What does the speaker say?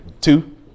Two